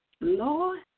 Lord